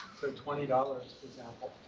twenty dollars, for example.